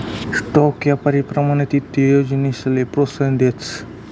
stock यापारी प्रमाणित ईत्तीय योजनासले प्रोत्साहन देतस